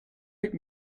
pick